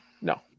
No